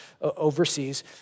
overseas